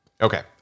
Okay